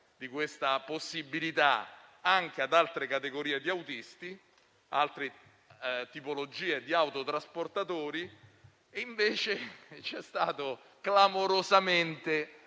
di questa possibilità anche ad altre categorie di autisti e ad altre tipologie di autotrasportatori, ma l'emendamento è stato clamorosamente